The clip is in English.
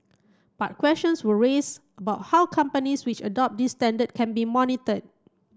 but questions were raised about how companies which adopt this standard can be monitored